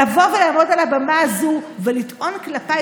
לבוא ולעמוד על הבמה הזו ולטעון כלפיי